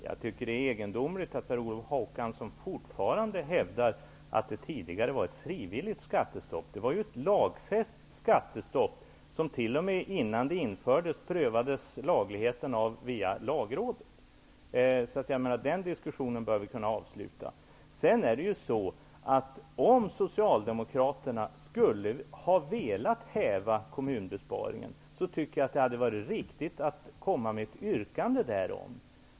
Herr talman! Jag tycker att det är egendomligt att Per Olof Håkansson fortfarande hävdar att det tidigare skattestoppet var frivilligt. Det var ju ett lagfäst skattestopp, som innan det infördes t.o.m. prövades av lagrådet. Den diskussionen bör vi därför kunna avsluta. Om Socialdemokraterna hade velat häva beslutet om kommunbesparingen, hade det varit riktigt att framställa ett yrkande därom.